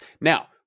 Now